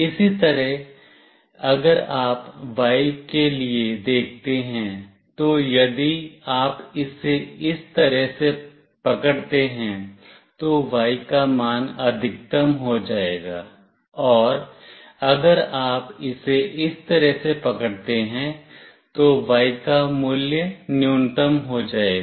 इसी तरह अगर आप Y के लिए देखते हैं तो यदि आप इसे इस तरह से पकड़ते हैं तो Y का मान अधिकतम हो जाएगा और अगर आप इसे इस तरह से पकड़ते हैं तो Y का मूल्य न्यूनतम हो जाएगा